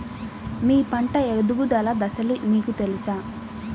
మీ పంట ఎదుగుదల దశలు మీకు తెలుసా?